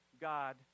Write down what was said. God